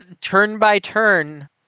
turn-by-turn